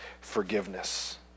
forgiveness